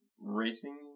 racing